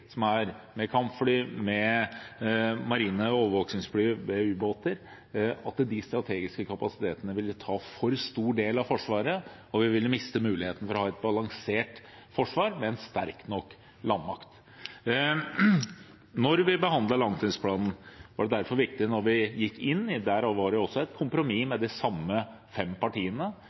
med kampfly, med marine overvåkningsfly, med ubåter – ville ta for stor del av Forsvaret, og at vi ville miste muligheten for å ha et balansert forsvar med en sterk nok landmakt. Da vi behandlet langtidsplanen, var det derfor viktig da vi gikk inn – der var det også et kompromiss med de samme fem partiene